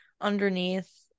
underneath